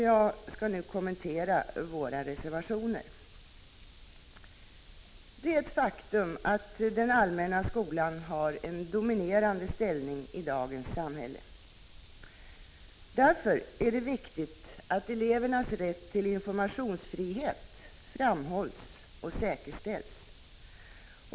Jag skall nu kommentera våra reservationer. Det är ett faktum att den allmänna skolan har en dominerande ställning i dagens samhälle. Därför är det viktigt att elevernas rätt till informationsfri 5 het framhålls och säkerställs.